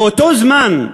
באותו זמן,